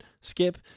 skip